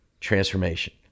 transformation